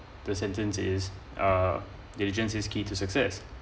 the sentence is uh diligence is key to success